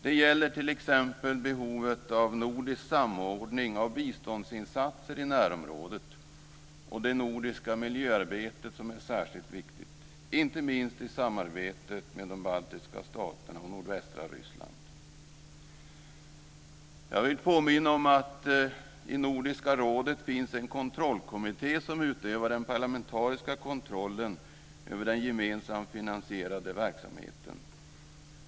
Det gäller t.ex. behovet av nordisk samordning av biståndsinsatser i närområdet och det nordiska miljöarbetet som är särskilt viktigt, inte minst i samarbetet med de baltiska staterna och nordvästra Ryssland. Jag vill påminna om att det i Nordiska rådet finns en kontrollkommitté som utövar den parlamentariska kontrollen över den gemensamt finansierade verksamheten.